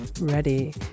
ready